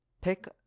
Pick